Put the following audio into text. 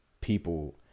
people